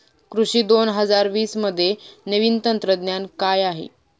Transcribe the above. कृषी दोन हजार वीसमध्ये नवीन तंत्रज्ञान काय आहे?